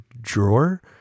drawer